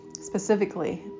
specifically